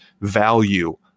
value